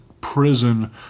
prison